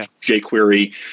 jQuery